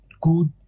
good